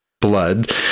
blood